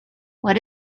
what